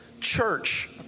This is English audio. church